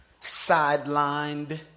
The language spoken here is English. sidelined